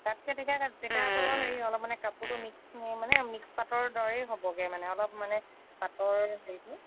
তাতকৈ তেতিয়া তেতিয়া আকৌ হেৰি অলপ মানে কাপোৰটো মিক্স মানে মিক্স পাটৰ দৰেই হ'বগৈ মানে অলপ মানে পাটৰ হেৰিটো